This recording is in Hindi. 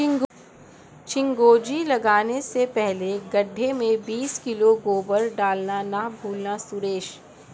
चिरौंजी लगाने से पहले गड्ढे में बीस किलो गोबर डालना ना भूलना सुरेश